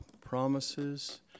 promises